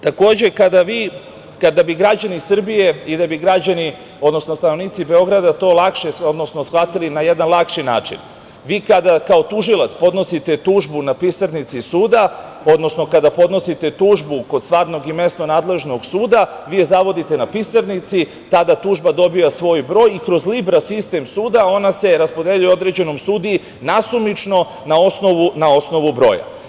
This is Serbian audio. Takođe, kada bi građani Srbija i da bi stanovnici Beograda, to lakše shvatili na jedan način, vi kada kao tužilac podnosite tužbu, na pisarnici suda, odnosno kada podnosite tužbu kod stvarnom i mesnog nadležnog suda, vi je zavodite na pisarnici i tada tužba dobija svoj broj i kroz libra sistem suda, ona se raspodeljuje određenom sudiji, nasumično na osnovu broja.